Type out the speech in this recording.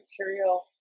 material